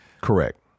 Correct